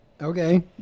Okay